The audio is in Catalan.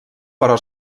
però